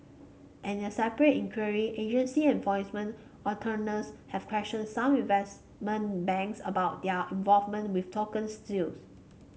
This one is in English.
and in a separate inquiry agency enforcement attorneys have questioned some investment banks about their involvement with token sales